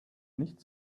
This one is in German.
nicht